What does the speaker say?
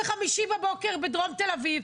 בחמישי בבוקר הייתי בדרום תל אביב,